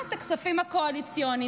הטמעת הכספיים הקואליציוניים.